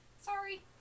sorry